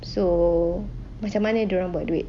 so macam mana dia orang buat duit